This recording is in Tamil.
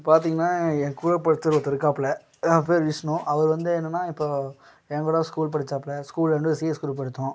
இப்போ பார்த்தீங்கனா எங்கூட படிச்சவரு ஒருத்தர் இருக்காப்புல அவர் பேர் விஷ்ணு அவரு வந்து என்னென்னா இப்போது எங்கூட ஸ்கூல் படிச்சாப்புல ஸ்கூலில் வந்து சிஎஸ் குரூப் எடுத்தோம்